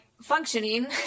functioning